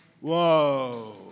Whoa